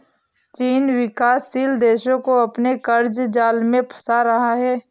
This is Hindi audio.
चीन विकासशील देशो को अपने क़र्ज़ जाल में फंसा रहा है